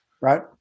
Right